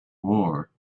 war